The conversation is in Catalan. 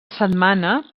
setmana